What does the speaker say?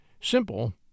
Simple